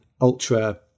ultra